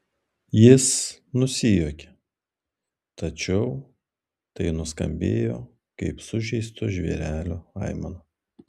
jis nusijuokė tačiau tai nuskambėjo kaip sužeisto žvėrelio aimana